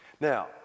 Now